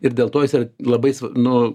ir dėl to jis yra labai nu